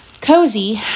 Cozy